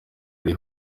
ari